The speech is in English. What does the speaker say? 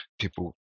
People